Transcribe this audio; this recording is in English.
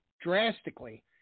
drastically